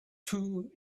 two